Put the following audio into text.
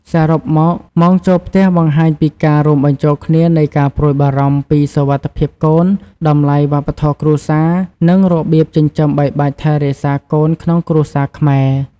សរុបមកម៉ោងចូលផ្ទះបង្ហាញពីការរួមបញ្ចូលគ្នានៃការព្រួយបារម្ភពីសុវត្ថិភាពកូន តម្លៃវប្បធម៌គ្រួសារ និងរបៀបចិញ្ចឹមបីបាច់ថែរក្សាកូនក្នុងគ្រួសារខ្មែរ។